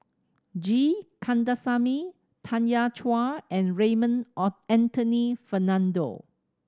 G Kandasamy Tanya Chua and Raymond or Anthony Fernando